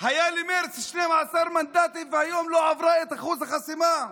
היו למרצ 12 מנדטים והיום היא לא עברה את אחוז החסימה.